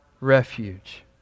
refuge